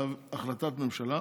להחלטת ממשלה,